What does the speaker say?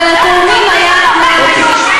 אבל לתורמים היה תנאי,